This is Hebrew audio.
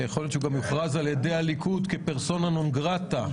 יכול להיות שגם יוכרז על ידי הליכוד כפרסונה נון גרטה.